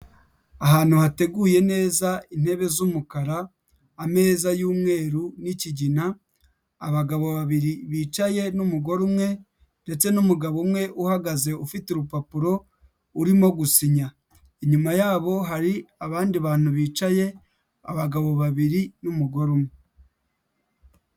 Ahantu hateguye neza intebe z'umukara, ameza y'umweru n'ikigina, abagabo babiri bicaye n'umugore umwe ndetse n'umugabo umwe uhagaze ufite urupapuro urimo gusinya, inyuma yabo hari abandi bantu bicaye, abagabo babiri n'umugore umwe.